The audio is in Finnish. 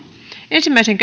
ensimmäiseen